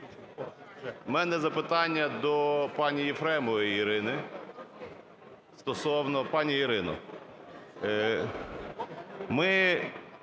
У мене запитання до пані Єфремової Ірини стосовно… Пані Ірино, ми